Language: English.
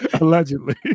Allegedly